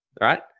right